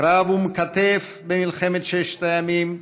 קרב אום-כתף במלחמת ששת הימים,